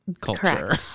culture